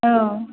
औ